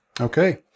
Okay